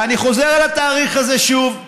ואני חוזר על התאריך הזה שוב,